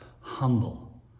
humble